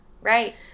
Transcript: Right